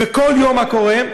וכל יום מה קורה?